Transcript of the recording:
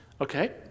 okay